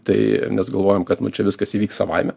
tai nes galvojam kad nu čia viskas įvyks savaime